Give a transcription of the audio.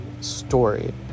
story